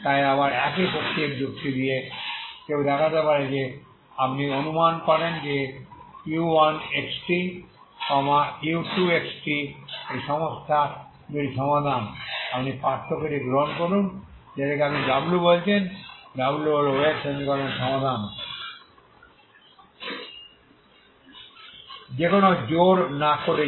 তাই আবার একই শক্তির যুক্তি দিয়ে কেউ দেখাতে পারে যে যদি আপনি অনুমান করেন যে u1xt u2xt এই সমস্যার দুটি সমাধান আপনি পার্থক্যটি গ্রহণ করুন যেটাকে আপনি w বলছেন w হল ওয়েভ সমীকরণের সমাধান কোন জোর না করেই